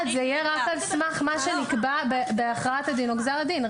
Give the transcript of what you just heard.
זה יהיה רק על סמך מה שנקבע בהכרעת הדין או בגזר הדין.